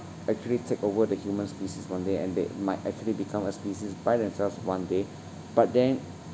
actually take over the human species one day and they might actually become a species by themselves one day but then